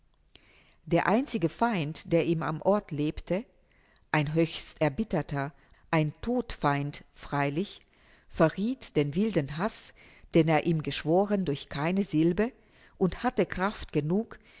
der einzige feind der ihm am orte lebte ein höchst erbitterter ein todfeind freilich verrieth den wilden haß den er ihm geschworen durch keine silbe und hatte kraft genug